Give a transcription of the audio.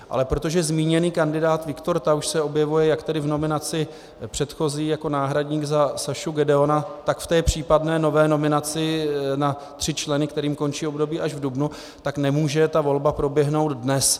Ale protože zmíněný kandidát Viktor Tauš se objevuje jak v nominaci předchozí jako náhradník za Sašu Gedeona, tak v té případné nové nominaci na tři členy, kterým končí období až v dubnu, tak nemůže ta volba proběhnout dnes.